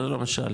זה לא מה ששאלתי.